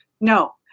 No